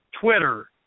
Twitter